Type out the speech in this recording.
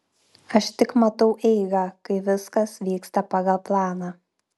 aš tik matau eigą kai viskas vyksta pagal planą